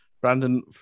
Brandon